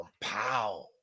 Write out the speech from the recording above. Pow